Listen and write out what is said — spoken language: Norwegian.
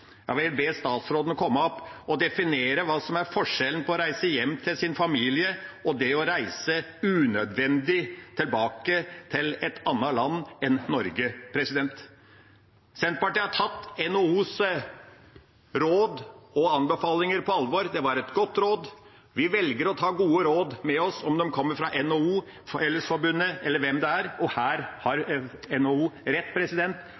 vil jeg be statsråden komme opp og definere hva som er forskjellen på å reise hjem til sin familie og å reise unødvendig tilbake til et annet land enn Norge. Senterpartiet har tatt NHOs råd og anbefalinger på alvor, det var gode råd, og vi velger å ta gode råd med oss, om de kommer fra NHO, Fellesforbundet eller hvem det er. Her har NHO rett, og Senterpartiet er det eneste partiet her i dag som har